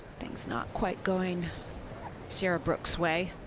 things not quite going sierra brooks' way.